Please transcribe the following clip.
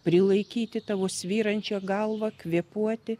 prilaikyti tavo svyrančią galvą kvėpuoti